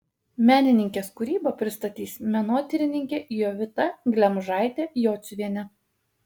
menininkės kūrybą pristatys menotyrininkė jovita glemžaitė jociuvienė